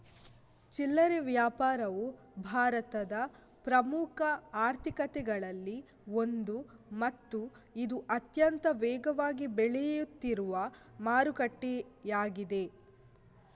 ಚಿಲ್ಲರೆ ವ್ಯಾಪಾರವು ಭಾರತದ ಪ್ರಮುಖ ಆರ್ಥಿಕತೆಗಳಲ್ಲಿ ಒಂದು ಮತ್ತು ಇದು ಅತ್ಯಂತ ವೇಗವಾಗಿ ಬೆಳೆಯುತ್ತಿರುವ ಮಾರುಕಟ್ಟೆಯಾಗಿದೆ